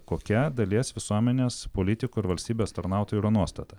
kokia dalies visuomenės politikų ir valstybės tarnautojų yra nuostata